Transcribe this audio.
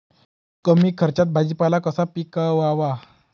कमी खर्चात भाजीपाला कसा पिकवावा?